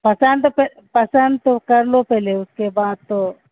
پسند پسند تو کر لو پہلے اس کے بعد تو